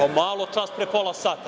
Pa, maločas, pre pola sata.